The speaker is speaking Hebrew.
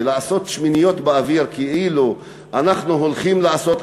ולעשות שמיניות באוויר כאילו אנחנו הולכים לעשות?